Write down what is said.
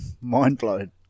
Mind-blowing